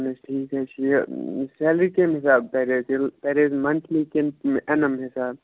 اَہَن حظ ٹھیٖک حظ چھُ یہِ سیلری کَمہِ حِساب تَرِ اَسہِ یہِ تَرِ حظ مَنتھلی کِنہٕ اینَم حِساب